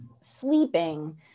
sleeping